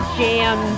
jam